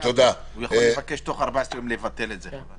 הוא יכול לבקש בתוך 14 ימים לבטל את זה.